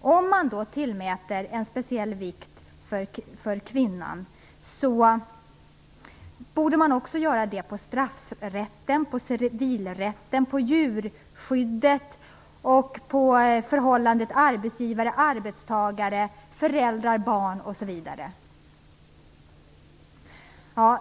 Om man tillmäter en speciell vikt beträffande kvinnan borde man också göra det när det gäller straffrätten, civilrätten, djurskyddet, förhållandet mellan arbetsgivare och arbetstagare, förhållandet mellan föräldrar och barn, osv.